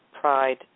Pride